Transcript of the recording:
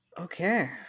Okay